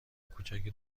کوچک